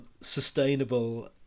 sustainable